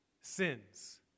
sins